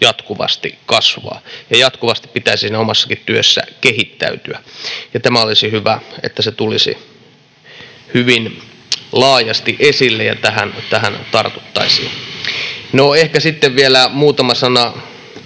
jatkuvasti kasvaa ja jatkuvasti pitäisi siinä omassakin työssä kehittäytyä. Olisi hyvä, että tämä tulisi hyvin laajasti esille ja tähän tartuttaisiin. No, ehkä sitten vielä muutama sana